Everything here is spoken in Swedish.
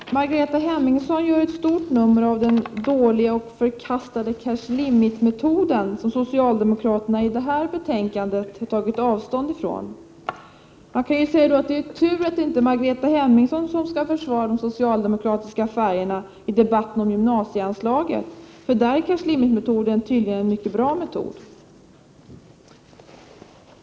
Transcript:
Herr talman! Margareta Hemmingsson gör ett stort nummer av den dåliga och förkastliga cash limitmetoden, som socialdemokraterna i detta betänkande har tagit avstånd från. Det är tur att det inte är Margareta Hemmingsson som skall försvara de socialdemokratiska färgerna i debatten om gymnasieanslagen, för där är cash limit-metoden tydligen en mycket bra metod.